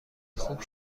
خوب